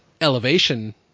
elevation